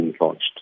launched